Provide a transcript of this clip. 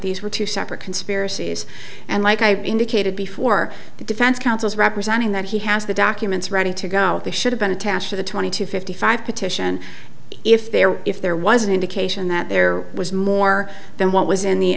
these were two separate conspiracies and like i indicated before the defense counsel's representing that he has the documents ready to go if they should have been attached to the twenty to fifty five petition if there if there was an indication that there was more than what was in the